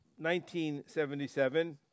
1977